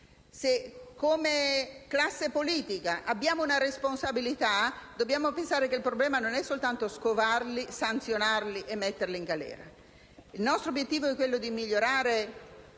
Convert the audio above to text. Se, come classe politica, abbiamo una responsabilità, dobbiamo pensare che il problema non è soltanto scovarli, sanzionarli e metterli in galera. Il nostro obiettivo è quello di migliorare